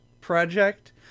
project